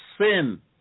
sin